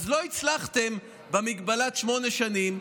אז לא הצלחתם במגבלת שמונה שנים,